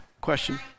Question